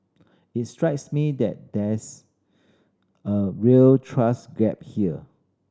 it strikes me that there's a real trust gap here